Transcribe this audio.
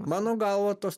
mano galva tos